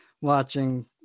watching